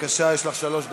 בבקשה, יש לך שלוש דקות.